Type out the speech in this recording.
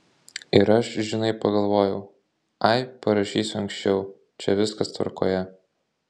ir aš žinai pagalvojau ai parašysiu anksčiau čia viskas tvarkoje